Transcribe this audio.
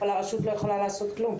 אבל הרשות לא יכולה לעשות כלום.